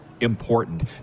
important